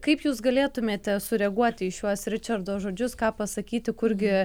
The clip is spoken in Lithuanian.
kaip jūs galėtumėte sureaguoti į šiuos ričardo žodžius ką pasakyti kurgi